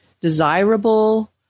desirable